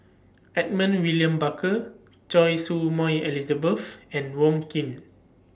Edmund William Barker Choy Su Moi Elizabeth and Wong Keen